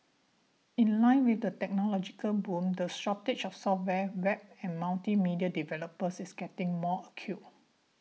in line with the technological boom the shortage of software Web and multimedia developers is getting more acute